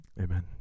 Amen